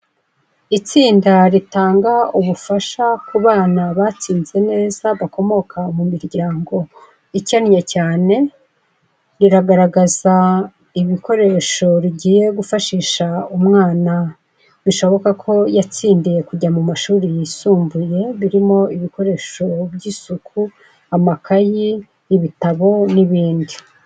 Itsinda ritanga ubufasha ku bana batsinze neza, bakomoka mu miryango ikennye cyane. Riragaragaza ibikoresho rigiye gufashisha umwana bishoboka ko yatsindiye kujya mu mashuri yisumbuye. Birimo ibikoresho by'isuku, amakaye, ibitabo n'ibindi.